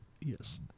Yes